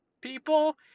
people